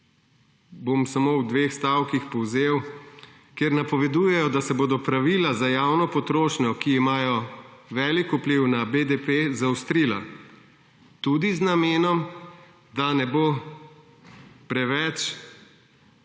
bom samo v dveh stavkih povzel –, kjer napovedujejo, da se bodo pravila za javno potrošnjo, ki imajo velik vpliv na BDP, zaostrila, tudi z namenom, da ne bo preveč